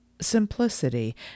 simplicity